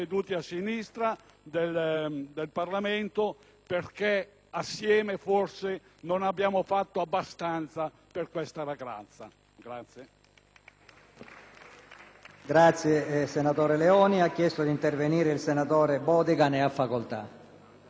in Parlamento, perché assieme forse non abbiamo fatto abbastanza per questa ragazza.